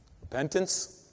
Repentance